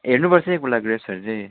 हेर्नुपर्छ एकपल्ट ग्रेप्सहरू चाहिँ